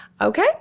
Okay